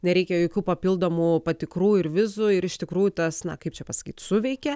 nereikia jokių papildomų patikrų ir vizų ir iš tikrųjų tas na kaip čia pasakyt suveikė